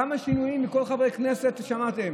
כמה שינויים מכל חבר כנסת שמעתם?